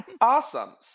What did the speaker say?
Awesome